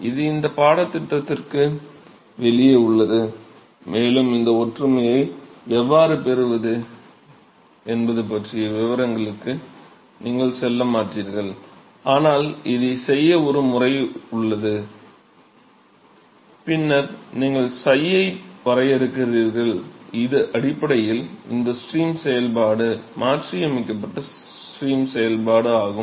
இது இந்த பாடத்திட்டத்திற்கு வெளியே உள்ளது மேலும் இந்த ஒற்றுமையை எவ்வாறு பெறுவது என்பது பற்றிய விவரங்களுக்கு நீங்கள் செல்லமாட்டீர்கள் ஆனால் இதைச் செய்ய ஒரு முறை உள்ளது பின்னர் நீங்கள் 𝝍 ஐ வரையறுக்கிறீர்கள் இது அடிப்படையில் இந்த ஸ்ட்ரீம் செயல்பாடு மாற்றியமைக்கப்பட்ட ஸ்ட்ரீம் செயல்பாடு ஆகும்